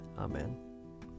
Amen